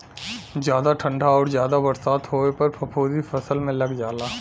जादा ठंडा आउर जादा बरसात होए पर फफूंदी फसल में लग जाला